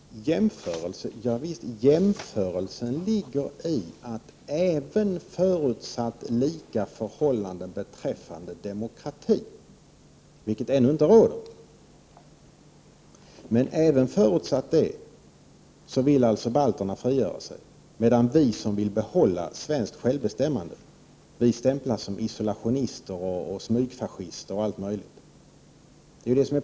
Herr talman! Håkan Holmberg tar ett halvt steg tillbaka. Jämförelse — javisst. Jämförelsen ligger i att även förutsatt lika förhållanden beträffande demokrati, som ännu inte råder, vill balterna frigöra sig, medan vi som vill behålla svenskt självbestämmande stämplas som isolationister, smygfascister och allt möjligt sådant.